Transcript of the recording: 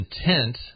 intent